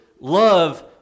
love